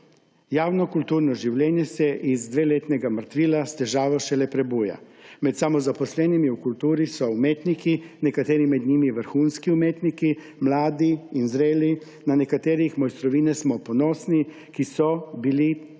Javno kulturno življenje se iz dveletnega mrtvila s težavo šele prebuja. Med samozaposlenimi v kulturi so umetniki, nekateri med njimi vrhunski umetniki, mladi in zreli, na katerih mojstrovine smo ponosni, ki so bili pred